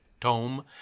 tome